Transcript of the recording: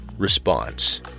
Response